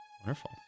wonderful